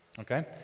Okay